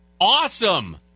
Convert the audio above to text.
awesome